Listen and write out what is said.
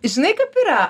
žinai kaip yra